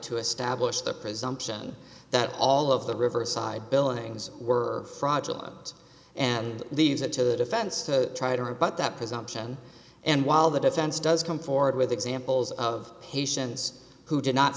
to establish the presumption that all of the riverside billings were fraudulent and leaves it to the defense to try to rebut that presumption and while the defense does come forward with examples of patients who did not